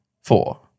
Four